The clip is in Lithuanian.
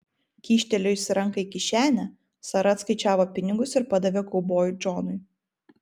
kyštelėjusi ranką į kišenę sara atskaičiavo pinigus ir padavė kaubojui džonui